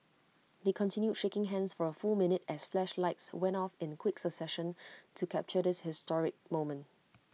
they continued shaking hands for A full minute as flashlights went off in quick succession to capture this historic moment